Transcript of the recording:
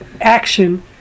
action